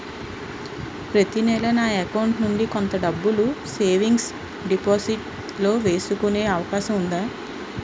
ప్రతి నెల నా అకౌంట్ నుండి కొంత డబ్బులు సేవింగ్స్ డెపోసిట్ లో వేసుకునే అవకాశం ఉందా?